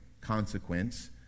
consequence